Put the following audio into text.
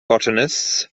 botanists